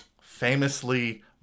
famously